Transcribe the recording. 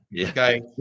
Okay